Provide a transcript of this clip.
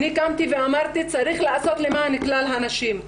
אני קמתי ואמרתי שצריך לעשות למען כלל הנשים,